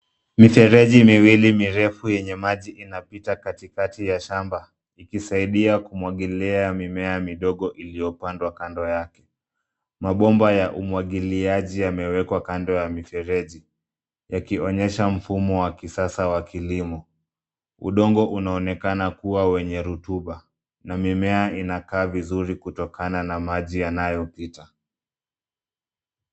Mifereji miwili mirefu yenye maji inapita katikati ya shamba, ikisaidia kumwagilia miimea midogo iliyopandwa kando yake. Mabomba ya umwagiliaji yamewekwa kando ya mifereji, yakionyesha mfumo wa kisasa wa kilimo. Udongo unaonekana kuwa wenye rutuba na mimea ina kaa vizuri kutokana na maji yanayo pita.